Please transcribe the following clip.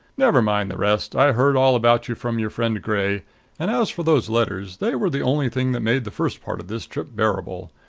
never mind the rest. i heard all about you from your friend gray and as for those letters they were the only thing that made the first part of this trip bearable.